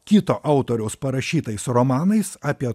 kito autoriaus parašytais romanais apie